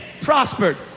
prospered